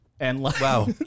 Wow